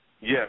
Yes